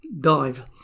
dive